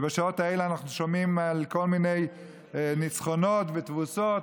ובשעות האלה אנחנו שומעים על כל מיני ניצחונות ותבוסות,